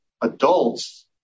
adults